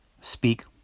speak